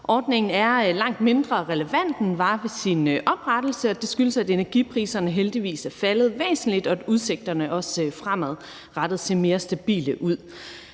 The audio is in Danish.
Ordningen er langt mindre relevant, end den var ved sin oprettelse, og det skyldes, at energipriserne heldigvis er faldet væsentligt, og at der er udsigt til, at de fremadrettet også ser mere stabile ud.